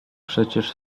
przecież